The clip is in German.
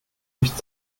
nicht